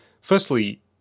firstly